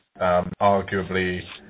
arguably